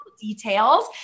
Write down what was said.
details